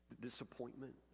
disappointment